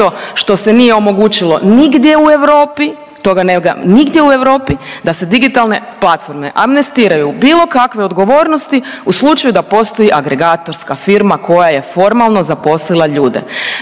što se nije omogućilo nigdje u Europi, toga nema nigdje u Europi da se digitalne platforme amnestiraju bilo kakve odgovornosti u slučaju da postoji agregatorska firma koja je formalno zaposlila ljude.